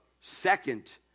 second